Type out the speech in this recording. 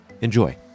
Enjoy